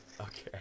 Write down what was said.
Okay